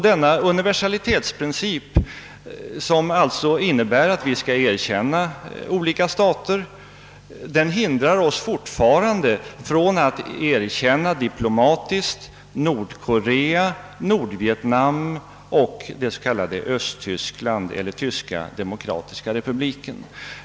Denna universalitetsprincip, som alltså innebär att vi skall erkänna alla stater, hindrar oss fortfarande från att diplomatiskt erkänna Nordkorea, Nordvietnam och Östtyskland, d. v. s. Tyska demokratiska republiken.